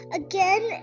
again